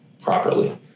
properly